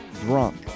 drunk